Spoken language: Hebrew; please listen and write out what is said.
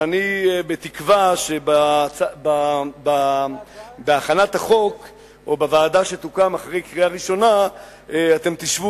ואני תקווה שבהכנת החוק או בוועדה שתוקם אחרי קריאה ראשונה אתם תשבו